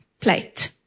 plate